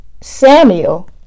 Samuel